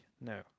no